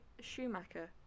Schumacher